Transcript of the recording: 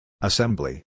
Assembly